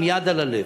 עם יד על הלב: